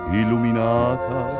illuminata